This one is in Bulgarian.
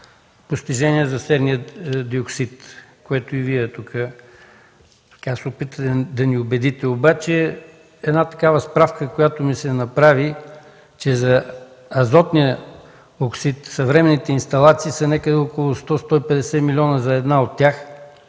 постижения за серния диоксид, в което и Вие тук се опитвате да ни убедите. Обаче една такава справка, която ми се направи, че за азотния оксид съвременните инсталации са някъде около 100-150 милиона за една от тях,